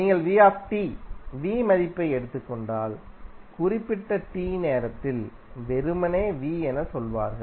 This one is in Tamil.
நீங்கள் மதிப்பை எடுத்துக்கொண்டால்குறிப்பிட்ட t நேரத்தில் நேரத்தில் வெறுமனே என சொல்வார்கள்